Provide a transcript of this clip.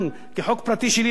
ב-1986,